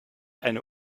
eine